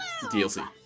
DLC